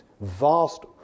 vast